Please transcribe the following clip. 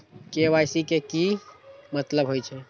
KYC के कि मतलब होइछइ?